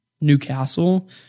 Newcastle